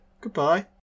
goodbye